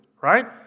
Right